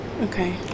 Okay